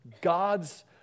God's